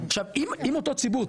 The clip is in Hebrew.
עכשיו אם אותו ציבור,